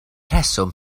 rheswm